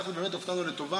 אנחנו באמת הופתענו לטובה,